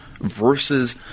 versus